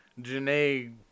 janae